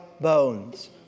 bones